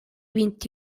vint